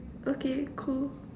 okay cool